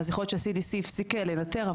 אז יכול להיות שה-CDC הפסיק לנטר,